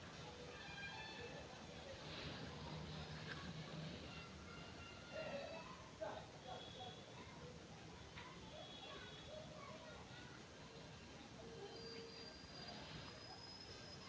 देश मे धन व्यवस्था के चलावै वासतै वित्त विभाग बनैलो गेलो छै